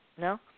No